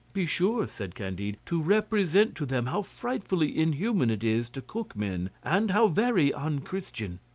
be sure, said candide, to represent to them how frightfully inhuman it is to cook men, and how very un-christian.